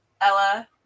Ella